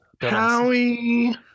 Howie